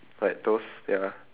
like those ya